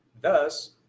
Thus